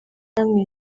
hamwe